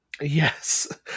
Yes